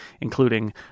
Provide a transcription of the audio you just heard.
including